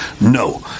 No